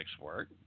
work